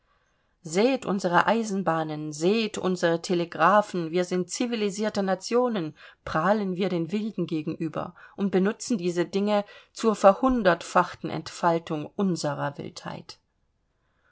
seht unsere eisenbahnen seht unsere telegraphen wir sind civilisierte nationen prahlen wir den wilden gegenüber und benutzen diese dinge zur verhundertfachten entfaltung unserer wildheit